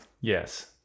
Yes